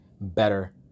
better